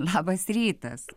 labas rytas